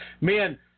Man